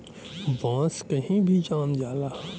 बांस कही भी जाम जाला